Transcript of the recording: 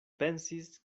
pensis